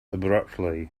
abruptly